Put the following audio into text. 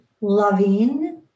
loving